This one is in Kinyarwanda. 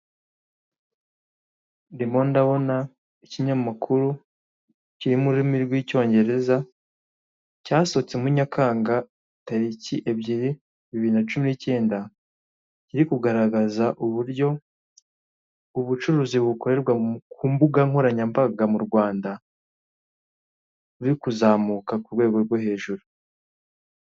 Ndimo ndabona ikinyamakuru kiri mu rurimi rw'icyongereza cyasohotse muri Nyakanga taliki 2, 2019 kiri kugaragaza uburyo ubucuruzi bukorerwa ku mbuga nkoranyambaga mu Rwanda buri kuzamuka ku rwego rwo hejuru.